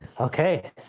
Okay